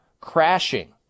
crashing